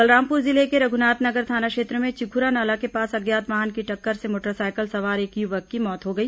बलरामपुर जिले के रघुनाथ नगर थाना क्षेत्र में चिखुरा नाला के पास अज्ञात वाहन की टक्कर से मोटरसाइकिल सवार एक युवक की मौत हो गई